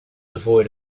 devoid